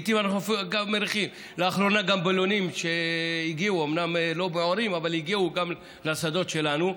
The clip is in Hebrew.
לאחרונה בלונים הגיעו גם לשדות שלנו.